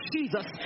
Jesus